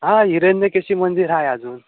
हां हिरण्यकेशी मंदिर आहे अजून